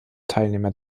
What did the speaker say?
teilnehmer